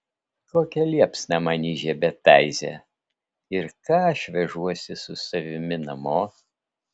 kokią liepsną man įžiebė taize ir ką aš vežuosi su savimi namo